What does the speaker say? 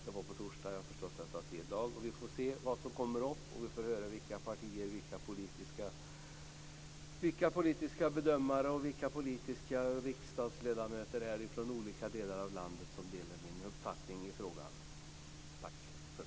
Det var på torsdag, jag har förstått att jag sade fel dag, och vi får se vad som kommer upp. Vi får höra vilka partier, vilka politiska bedömare och vilka riksdagsledamöter från olika delar av landet som delar min uppfattning i frågan. Tack för svaret!